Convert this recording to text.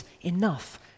enough